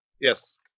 Yes